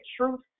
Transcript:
truth